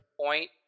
point